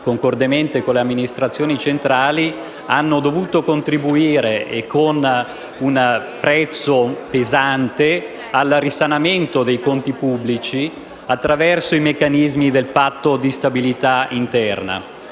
concordemente con le amministrazioni centrali, hanno dovuto contribuire - e con un prezzo pesante - al risanamento dei conti pubblici attraverso i meccanismi del Patto di stabilità interno.